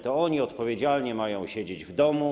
To oni odpowiedzialnie mają siedzieć w domu.